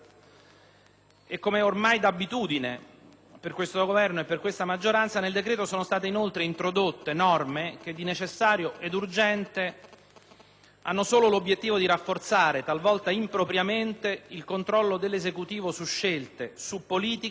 E come ormai d'abitudine per questo Governo e questa maggioranza nel decreto sono state introdotte norme che di necessario e di urgente hanno solo l'obiettivo di rafforzare, talvolta impropriamente, il controllo dell'Esecutivo su scelte, su politiche,